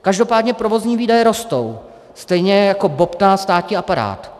Každopádně provozní výdaje rostou, stejně jako bobtná státní aparát.